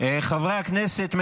חברי הכנסת,